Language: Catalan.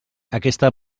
aquesta